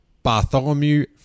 Bartholomew